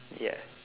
ya